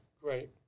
great